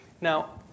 Now